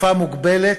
לתקופה מוגבלת,